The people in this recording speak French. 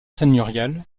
seigneuriale